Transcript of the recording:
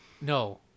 no